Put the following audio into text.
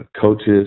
coaches